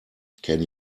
can